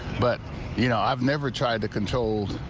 but you know i've never tried to control.